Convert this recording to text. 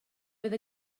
fydd